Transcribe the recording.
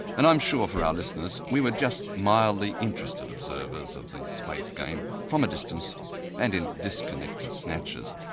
and i'm sure for our listeners, we were just mildly interested observers of the space game, from a distance and in disconnected snatches.